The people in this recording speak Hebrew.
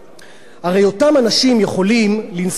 הרי אותם אנשים יכולים לנסוע לחו"ל,